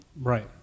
right